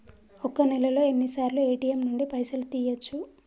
ఒక్క నెలలో ఎన్నిసార్లు ఏ.టి.ఎమ్ నుండి పైసలు తీయచ్చు?